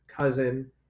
cousin